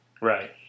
Right